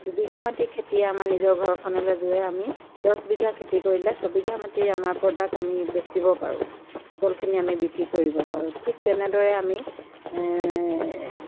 দুবিঘা মাটিৰ খেতি আমাৰ নিজৰ ঘৰখনলৈ জোৰে আমি দহ বিঘা খেতি কৰিলে ছবিঘা মাটিৰ আমাৰ প্ৰ'ডাক্ট আমি বেছিব পাৰোঁ ফচলখিনি আমি বিক্ৰী কৰিব পাৰোঁ ঠিক তেনেদৰে আমি